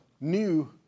new